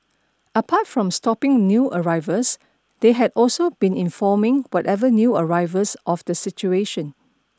apart from stopping new arrivals they had also been informing whatever new arrivals of the situation